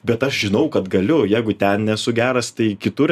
bet aš žinau kad galiu jeigu ten nesu geras tai kitur